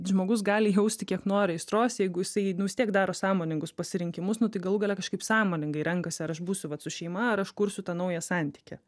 žmogus gali jausti kiek nori aistros jeigu jisai nu vis tiek daro sąmoningus pasirinkimus nu tai galų gale kažkaip sąmoningai renkasi ar aš būsiu vat su šeima ar aš kursiu tą naują santykį